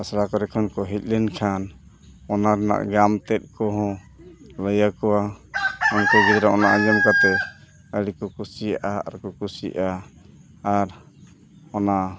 ᱟᱥᱲᱟ ᱠᱚᱨᱮ ᱠᱷᱚᱱ ᱠᱚ ᱦᱮᱡ ᱞᱮᱱᱠᱷᱟᱱ ᱚᱱᱟ ᱨᱮᱱᱟᱜ ᱟᱜᱟᱢ ᱛᱮᱫ ᱠᱚᱦᱚᱸ ᱞᱟᱹᱭᱟ ᱠᱚᱣᱟ ᱩᱱᱠᱩ ᱜᱤᱫᱽᱨᱟᱹ ᱚᱱᱟ ᱧᱮᱞ ᱠᱟᱛᱮᱫ ᱟᱹᱰᱤ ᱠᱚ ᱠᱩᱥᱤᱭᱟᱜᱼᱟ ᱟᱨ ᱠᱚ ᱠᱩᱥᱤᱜᱼᱟ ᱟᱨ ᱚᱱᱟ